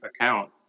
account